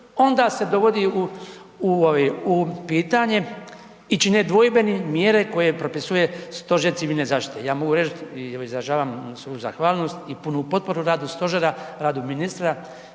u, u ovi, u pitanje i čine dvojbenim mjere koje propisuje Stožer civilne zaštite. Ja mogu reć i izražavam svoju zahvalnost i punu potporu radu stožera, radu ministra